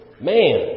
man